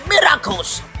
miracles